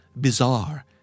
bizarre